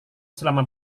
selama